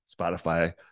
Spotify